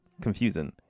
confusing